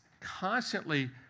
constantly